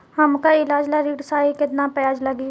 हमका ईलाज ला ऋण चाही केतना ब्याज लागी?